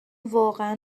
واقعا